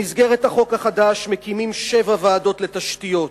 במסגרת החוק החדש מקימים שבע ועדות לתשתיות.